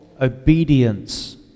obedience